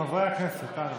חברי הכנסת, אנא.